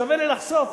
שווה לי לחסוך.